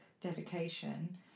dedication